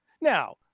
Now